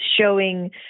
showing